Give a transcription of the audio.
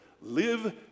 Live